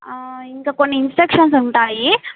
ఇంకా కొన్ని ఇన్స్ట్రక్షన్స్ ఉంటాయి